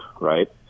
right